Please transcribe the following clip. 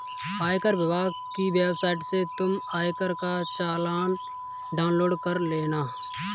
आयकर विभाग की वेबसाइट से तुम आयकर का चालान डाउनलोड कर लेना